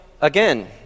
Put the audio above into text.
again